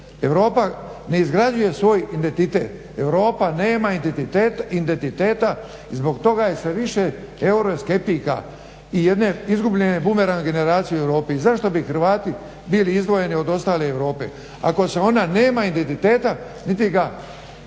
Europa ne izgrađuje svoj identitet, Europa nema identiteta i zbog toga je sve više euroskeptika i jedne izgubljene bumerang generacije u Europi. I zašto bi Hrvati bili izdvojeni od ostale Europe ako se ona nema identiteta niti ga